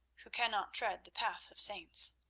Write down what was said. who cannot tread the path of saints.